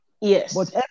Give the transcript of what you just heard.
Yes